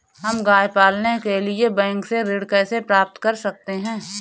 हम गाय पालने के लिए बैंक से ऋण कैसे प्राप्त कर सकते हैं?